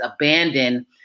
abandon